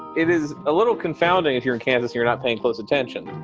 it is a little confounding if you're in kansas, you're not paying close attention